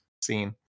scene